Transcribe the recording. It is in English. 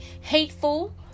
hateful